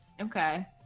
Okay